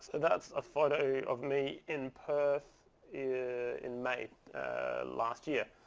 and that's a photo of me in perth in may last year.